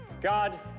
God